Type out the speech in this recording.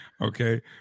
Okay